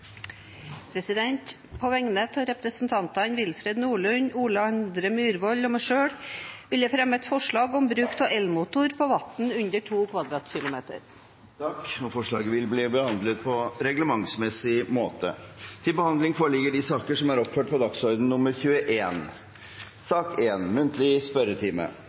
På vegne av representantene Willfred Nordlund, Ole André Myhrvold og meg selv vil jeg fremme et forslag om bruk av elmotor på vann under 2 km 2 . Forslaget vil bli behandlet på reglementsmessig måte. Stortinget mottok mandag meddelelse fra Statsministerens kontor om at utenriksminister Ine M. Eriksen Søreide og statsrådene Solveig Horne og Sylvi Listhaug vil møte til muntlig spørretime.